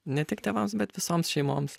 ne tik tėvams bet visoms šeimoms